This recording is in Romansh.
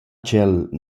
ch’el